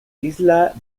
isla